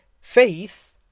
faith